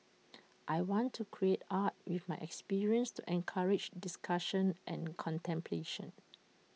I want to create art with my experience to encourage discussion and contemplation